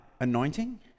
anointing